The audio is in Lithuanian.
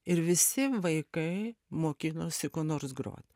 ir visi vaikai mokinosi ko nors grot